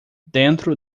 dentro